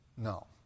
No